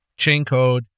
Chaincode